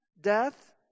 Death